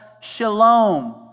shalom